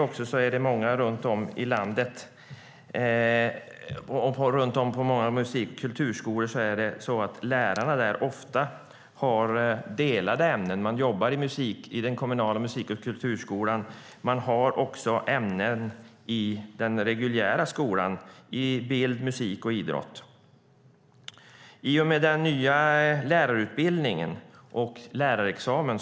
På många orter undervisar lärarna både i den kommunala musik och kulturskolan och i musik, bild och idrott i den reguljära skolan. Musik och kulturskolan är undantagen i den nya lärarutbildningen och lärarexamen.